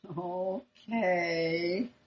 Okay